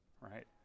right